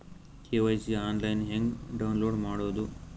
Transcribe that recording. KYC online ಹೆಂಗ್ download ಮಾಡೋದು?